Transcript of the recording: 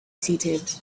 seated